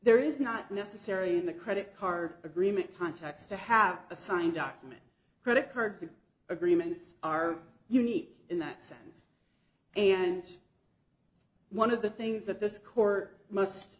there is not necessarily the credit card agreement contacts to have a signed document credit cards agreements are unique in that sense and one of the things that this court must